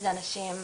זה אנשים,